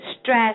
stress